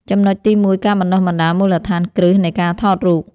ចំណុចទី១ ការបណ្តុះបណ្តាលមូលដ្ឋានគ្រឹះនៃការថតរូប។